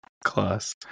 Class